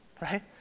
right